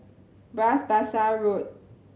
Bras Basah Road